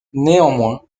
néanmoins